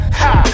ha